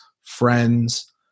friends